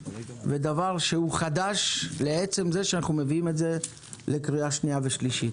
דבר שהוא חדש לעצם זה שאנחנו מביאים את זה לקריאה שנייה ושלישית,